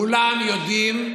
כולם יודעים,